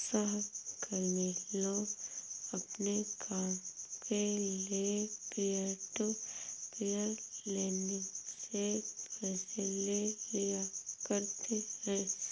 सहकर्मी लोग अपने काम के लिये पीयर टू पीयर लेंडिंग से पैसे ले लिया करते है